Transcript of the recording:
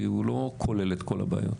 כי הוא לא כולל את כל הבעיות.